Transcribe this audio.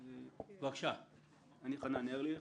אני חנן ארליך,